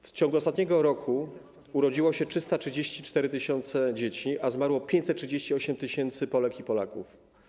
W ciągu ostatniego roku urodziło się 334 tys. dzieci, a zmarło 538 tys. Polek i Polaków.